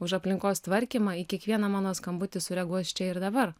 už aplinkos tvarkymą į kiekvieną mano skambutį sureaguos čia ir dabar